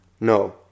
No